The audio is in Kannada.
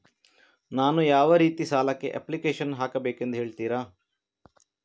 ನಾನು ಯಾವ ರೀತಿ ಸಾಲಕ್ಕೆ ಅಪ್ಲಿಕೇಶನ್ ಹಾಕಬೇಕೆಂದು ಹೇಳ್ತಿರಾ?